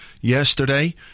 yesterday